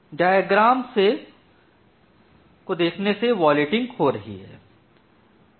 देने के आरेख से विओलाटिंग है